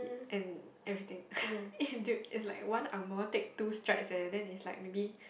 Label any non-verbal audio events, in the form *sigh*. and everything *laughs* into it's like one angmoh take two strides eh then is like maybe